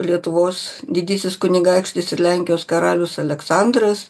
lietuvos didysis kunigaikštis ir lenkijos karalius aleksandras